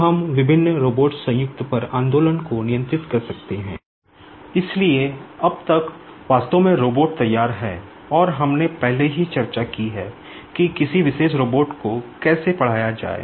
इसलिए अब तक वास्तव में रोबोट तैयार है और हमने पहले ही चर्चा की है कि किसी विशेष रोबोट को कैसे पढ़ाया जाए